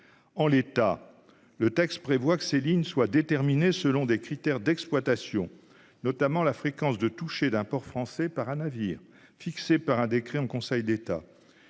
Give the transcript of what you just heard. En l'état, le texte prévoit que ces lignes seront déterminées « selon des critères d'exploitation, notamment la fréquence de touchée d'un port français par un navire, fixés par décret en Conseil d'État